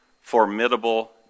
formidable